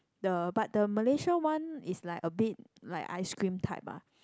the but the Malaysia one is like a bit like ice cream type ah